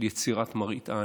של יצירת מראית עין.